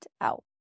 Out